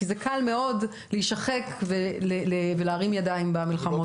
כי זה קל מאוד להישחק ולהרים ידיים במלחמות האלה.